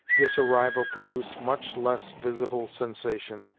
this arrival produced much less visible sensation,